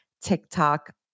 TikTok